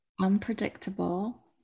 unpredictable